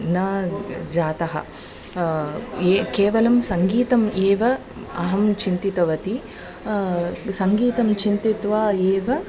न जातः ए केवलं सङ्गीतम् एव अहं चिन्तितवती सङ्गीतं चिन्तयित्वा एव